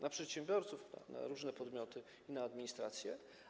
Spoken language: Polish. Na przedsiębiorców, na różne podmioty, na administrację.